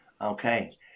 Okay